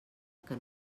que